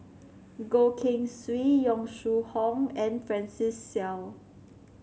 Goh Keng Swee Yong Shu Hoong and Francis Seow